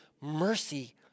mercy